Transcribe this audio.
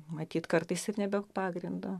matyt kartais ir ne be pagrindo